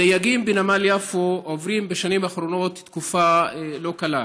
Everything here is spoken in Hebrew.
הדייגים בנמל יפו עוברים בשנים האחרונות תקופה לא קלה.